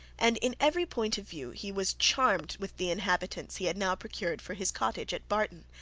and in every point of view he was charmed with the inhabitants he had now procured for his cottage at barton.